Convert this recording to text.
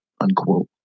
unquote